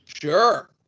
Sure